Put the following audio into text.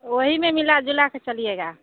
वही में मिला जुला के चलिएगा